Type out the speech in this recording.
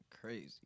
Crazy